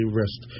rest